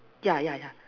yeah yeah yeah